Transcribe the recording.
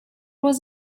was